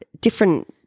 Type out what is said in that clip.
different